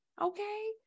Okay